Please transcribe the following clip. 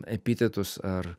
epitetus ar